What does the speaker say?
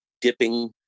dipping